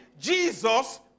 Jesus